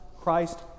Christ